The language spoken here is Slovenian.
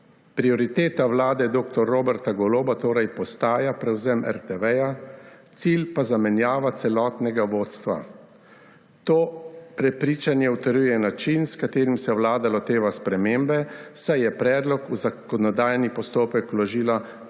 Prioriteta vlade dr. Roberta Goloba torej postaja prevzem RTV, cilj pa zamenjava celotnega vodstva. To prepričanje utrjuje način, s katerim se vlada loteva spremembe, saj je predlog v zakonodajni postopek vložila po